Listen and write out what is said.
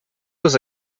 was